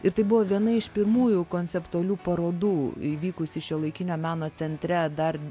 ir tai buvo viena iš pirmųjų konceptualių parodų įvykusi šiuolaikinio meno centre dar